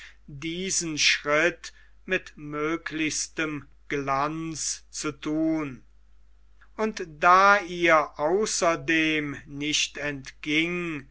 diesen schritt mit möglichstem glanz zu thun und da ihr außerdem nicht entging